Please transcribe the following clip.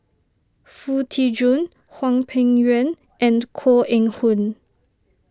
Foo Tee Jun Hwang Peng Yuan and Koh Eng Hoon